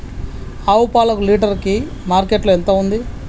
ఆవు పాలకు లీటర్ కి మార్కెట్ లో ఎంత ఉంది?